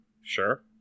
Sure